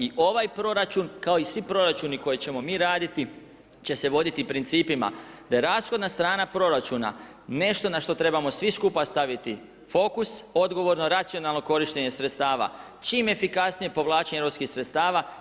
I ovaj proračun kao i svi proračuni koje ćemo mi raditi će se voditi principima da rashodna strana proračuna nešto na što trebamo svi skupa staviti fokus odgovorno, racionalno korištenje sredstva, čim efikasnije povlačenje europskih sredstava.